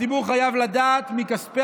הציבור חייב לדעת כמה כסף בדיוק יצא מכספי